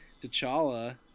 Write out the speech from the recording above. T'Challa